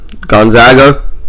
Gonzaga